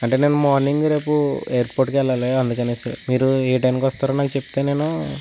అంటే నేను మార్నింగ్ రేపు ఎయిర్పోర్టుకి వెళ్ళాలి అందుకు అనేసి మీరు ఏ టైమ్కి వస్తారో నాకు చెపితే నేను